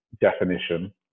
definition